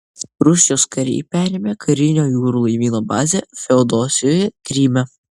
rusijos kariai perėmė karinio jūrų laivyno bazę feodosijoje kryme